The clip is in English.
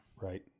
Right